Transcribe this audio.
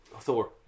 Thor